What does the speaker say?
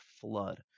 flood